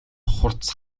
хурц